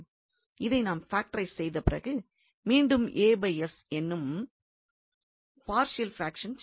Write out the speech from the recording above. இதை நாம் பாக்டோரைஸ் செய்த பிறகு மீண்டும் என்னும் பார்ஷியல் பிராக்ஷன் செய்ய வேண்டும்